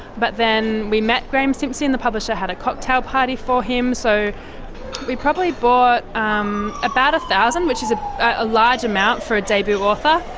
but then we met graeme simsion, the publisher had a cocktail party for him. so we probably bought um about one thousand, which is ah a large amount for a debut author.